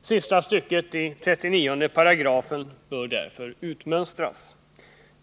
Sista stycket i 39 § bör därför utmönstras.